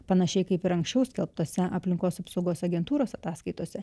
panašiai kaip ir anksčiau skelbtose aplinkos apsaugos agentūros ataskaitose